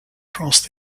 crossed